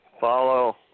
Follow